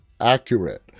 accurate